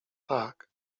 tak